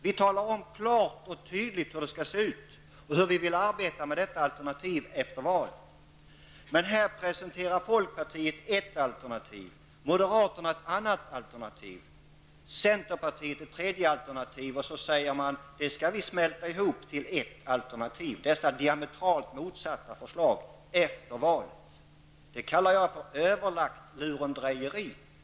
Vi socialdemokrater talar klart och tydligt om hur det skall se ut och hur vi vill arbeta med detta alternativ efter valet. Men här presenterar folkpartiet ett alternativ, moderaterna ett annat alternativ och centerpartiet ett tredje alternativ. Därefter säger man att dessa diametralt olika förslag skall smältas ihop till ett enda alternativ efter valet. Det kallar jag för överlagt lurendrejeri.